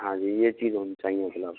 हाँ जी ये चीज होनी चाहिए उपलब्ध